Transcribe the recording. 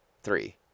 Three